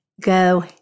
go